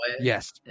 Yes